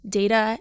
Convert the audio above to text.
data